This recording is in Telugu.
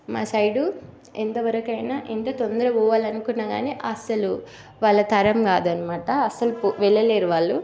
మా సైడు ఎంత వరకు అయినా ఎంత తొందరగా పోవాలని అనుకున్నా కానీ అసలు వాళ్ళ తరం కాదన్నమాట అసలు పో వెళ్ళలేరు వాళ్ళు